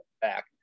back